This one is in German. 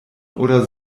oder